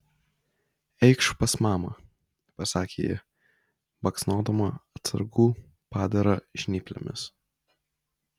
eikš pas mamą pasakė ji baksnodama atsargų padarą žnyplėmis